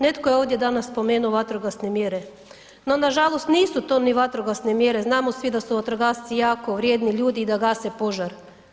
Netko je ovdje danas spomenuo vatrogasne mjere, no nažalost nisu to ni vatrogasne mjere, znamo svi da su vatrogasci jako vrijedni ljudi i da gase požar.